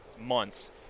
months